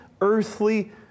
earthly